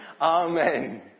Amen